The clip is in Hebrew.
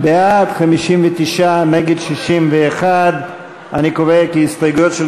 בעד, 59, נגד 61. אני קובע כי ההסתייגויות של